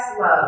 love